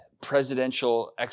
presidential